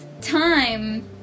time